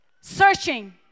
searching